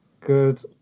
Good